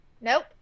Nope